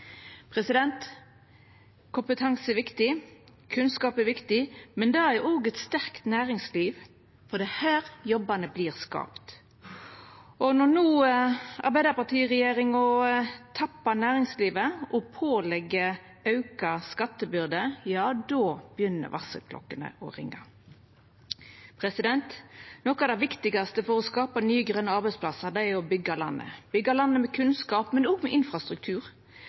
Kompetanse er viktig, kunnskap er viktig, men det er også eit sterkt næringsliv, for det er her jobbane vert skapte. Når Arbeidarparti-regjeringa no tappar næringslivet og pålegg auka skattebyrde, begynner varselklokkene å ringja. Noko av det viktigaste for å skapa nye, grøne arbeidsplassar er å byggja landet – byggja landet med kunnskap, men også med infrastruktur.